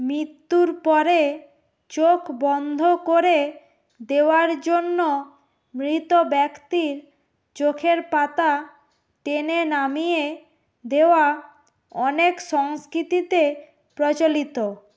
মৃত্যুর পরে চোখ বন্ধ করে দেওয়ার জন্য মৃত ব্যক্তির চোখের পাতা টেনে নামিয়ে দেওয়া অনেক সংস্কৃতিতে প্রচলিত